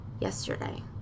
yesterday